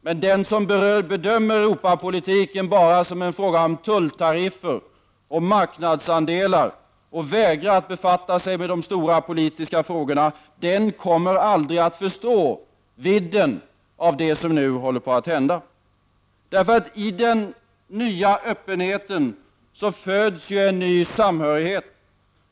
Men den som bedömer Europapolitiken som bara en fråga om tulltariffer och marknadsandelar, och vägrar att befatta sig med de stora politiska frågorna, den kommer aldrig att förstå vidden av vad som nu håller på att hända. I den nya öppenheten föds en ny samhörighet.